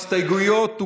בהסתייגויות.